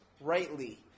rightly